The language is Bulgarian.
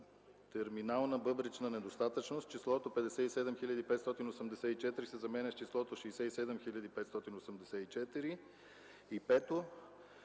терминална бъбречна недостатъчност” – числото „57 584” се заменя с числото „67 584”. 5.